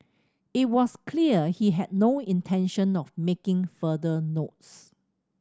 it was clear he had no intention of making further notes